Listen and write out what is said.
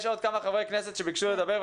יש עוד כמה חברי כנסת שביקשו לדבר,